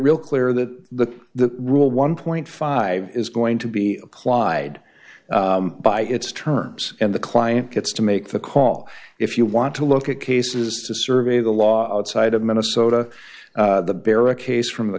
real clear that the rule one point five is going to be clyde by its terms and the client gets to make the call if you want to look at cases to survey the law outside of minnesota the barricades from the